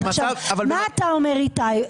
מה אתה אומר, איתי?